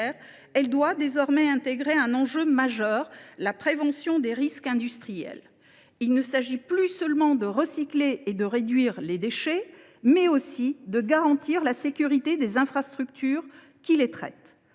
elle doit désormais intégrer un enjeu majeur : la prévention des risques industriels. Il s’agit non plus seulement de recycler et de réduire les déchets, mais aussi de garantir la sécurité des infrastructures qui les traitent.